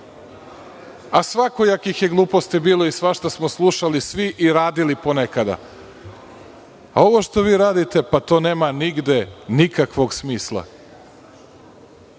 a svakojakih je gluposti bilo i svašta smo slušali svi i radili ponekada. Ovo što vi radite, to nema nigde nikakvog smisla. Reči